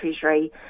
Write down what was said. Treasury